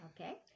Okay